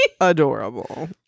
adorable